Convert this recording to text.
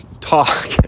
talk